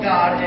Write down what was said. God